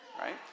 right